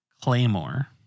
Claymore